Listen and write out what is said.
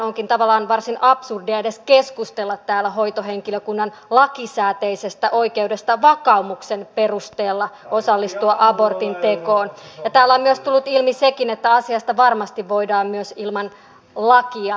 onkin tavallaan varsin absurdia edes keskustella täällä hoitohenkilökunnan lakisääteisestä oikeudesta vakaumuksen perusteella olla osallistumatta abortin tekoon ja täällä on myös tullut ilmi sekin että asiasta varmasti voidaan myös ilman lakia sopia